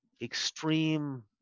extreme